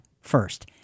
first